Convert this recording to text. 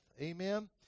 Amen